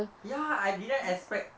ya I didn't expect